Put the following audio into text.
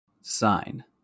Sign